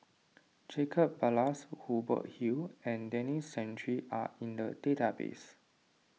Jacob Ballas Hubert Hill and Denis Santry are in the database